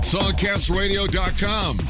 songcastradio.com